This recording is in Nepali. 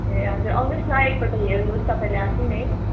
ए हजुर आउनु होस् न एक पल्ट हेर्नु होस् तपाईँले आफैँ नै